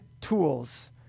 tools